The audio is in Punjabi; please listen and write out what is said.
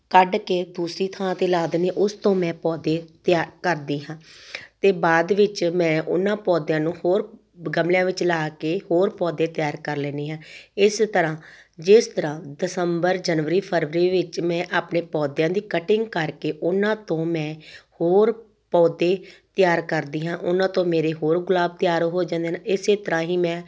ਕੱਢ ਕੇ ਦੂਸਰੀ ਥਾਂ 'ਤੇ ਲਾ ਦਿੰਦੀ ਉਸ ਤੋਂ ਮੈਂ ਪੌਦੇ ਤਿਆਰ ਕਰਦੀ ਹਾਂ ਅਤੇ ਬਾਅਦ ਵਿੱਚ ਮੈਂ ਉਹਨਾਂ ਪੌਦਿਆਂ ਨੂੰ ਹੋਰ ਗਮਲਿਆਂ ਵਿੱਚ ਲਾ ਕੇ ਹੋਰ ਪੌਦੇ ਤਿਆਰ ਕਰ ਲੈਂਦੀ ਹਾਂ ਇਸ ਤਰ੍ਹਾਂ ਜਿਸ ਤਰ੍ਹਾਂ ਦਸੰਬਰ ਜਨਵਰੀ ਫਰਵਰੀ ਵਿੱਚ ਮੈਂ ਆਪਣੇ ਪੌਦਿਆਂ ਦੀ ਕਟਿੰਗ ਕਰਕੇ ਉਹਨਾਂ ਤੋਂ ਮੈਂ ਹੋਰ ਪੌਦੇ ਤਿਆਰ ਕਰਦੀ ਹਾਂ ਉਹਨਾਂ ਤੋਂ ਮੇਰੇ ਹੋਰ ਗੁਲਾਬ ਤਿਆਰ ਹੋ ਜਾਂਦੇ ਹਨ ਇਸ ਤਰ੍ਹਾਂ ਹੀ ਮੈਂ